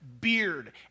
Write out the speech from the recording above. beard